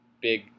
big